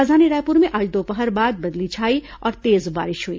राजधानी रायपुर में आज दोपहर बाद बदली छाई और तेज बारिश हुई